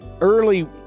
Early